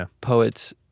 poets